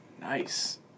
Nice